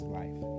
life